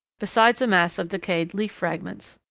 besides a mass of decayed leaf fragments.